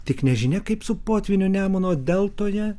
tik nežinia kaip su potvyniu nemuno deltoje